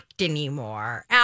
anymore